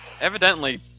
evidently